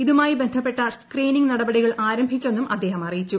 ഇതുമായി ബന്ധപ്പെട്ട സ്ക്രീനിംഗ് നടപടികൾ ആരംഭിച്ചെന്നും അദ്ദേഹം അറിയിച്ചു